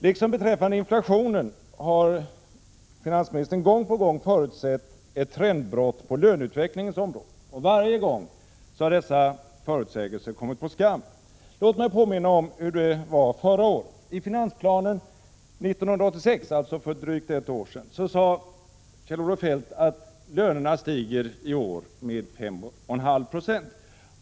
Liksom beträffande inflationen har finansministern gång på gång förutsett ett trendbrott på löneutvecklingens område. Varje gång har dessa förutsägelser kommit på skam. Låt mig påminna om hur det var förra året. I finansplanen 1986 — alltså för drygt ett år sedan — sade Kjell-Olof Feldt att lönerna stiger i år med 5,5 9o.